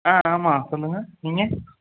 ஆ ஆமாம் சொல்லுங்கள் நீங்கள்